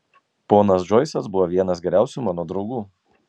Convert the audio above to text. ponas džoisas buvo vienas geriausių mano draugų